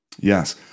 Yes